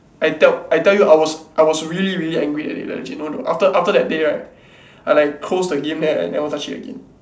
I tell I tell you I was I was really really angry already legit no joke after after that day right I like close the game and I then never touch it again